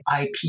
ip